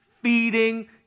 feeding